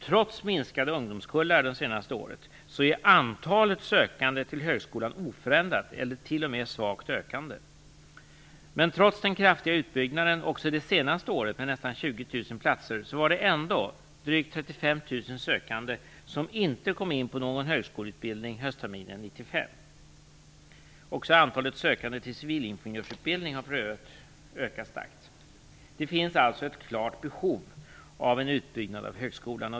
Trots minskade ungdomskullar det senaste året är antalet sökande till högskolan oförändrat eller t.o.m. svagt ökande. Men trots den kraftiga utbyggnaden också det senaste året med nästan 20 000 platser var det drygt 35 000 sökande som inte kom in på någon högskoleutbildning höstterminen 1995. Också antalet sökande till civilingenjörsutbildningen har ökat starkt. Det finns alltså ett klart behov av en utbyggnad av högskolan.